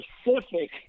specific